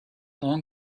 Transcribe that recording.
long